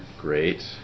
Great